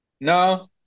No